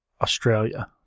Australia